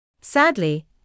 Sadly